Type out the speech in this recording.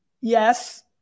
Yes